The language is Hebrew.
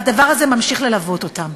והדבר הזה ממשיך ללוות אותם.